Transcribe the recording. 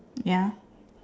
ya